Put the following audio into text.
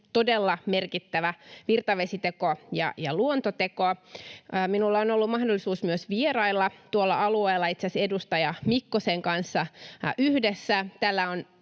todella merkittävä virtavesiteko ja luontoteko. Minulla on ollut mahdollisuus myös vierailla tuolla alueella itse asiassa edustaja Mikkosen kanssa yhdessä.